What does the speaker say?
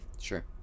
Sure